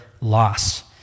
loss